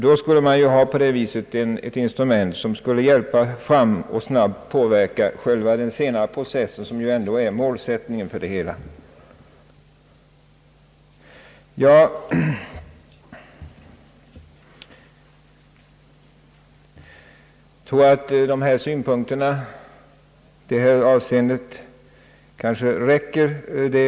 Då skulle man ha ett instrument som hjälpte fram och påskyndade den senare processen, som ju ändå är målsättningen för det hela. Jag tror det räcker med dessa synpunkter.